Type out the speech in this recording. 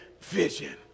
vision